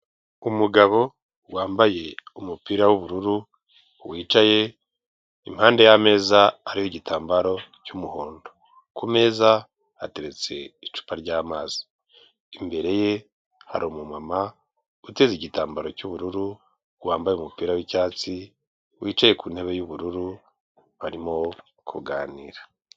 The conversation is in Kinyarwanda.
Umugabo wambaye umupira w'ubururu, wicaye impande y'ameza ariho igitambaro cy'umuhondo. Ku meza hateretse icupa ry'amazi. Imbere ye hari umumama uteze igitambaro cy'ubururu, wambaye umupira w'icyatsi, wicaye ku ntebe y'ubururu barimo kuganira.